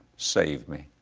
save me.